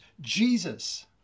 Jesus